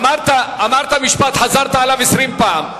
אמרת משפט, חזרת עליו עשרים פעם.